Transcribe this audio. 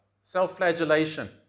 self-flagellation